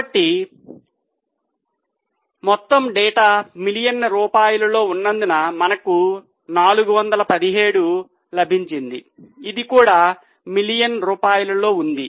కాబట్టి మొత్తం డేటా మిలియన్ల రూపాయలలో ఉన్నందున మనకు 417 లభిస్తుంది ఇది కూడా మిలియన్ రూపాయలలో ఉంది